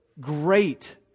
Great